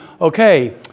okay